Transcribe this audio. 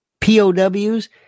POWs